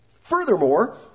Furthermore